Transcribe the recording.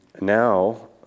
now